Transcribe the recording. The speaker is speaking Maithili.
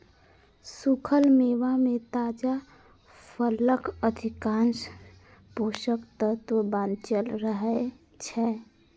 सूखल मेवा मे ताजा फलक अधिकांश पोषक तत्व बांचल रहै छै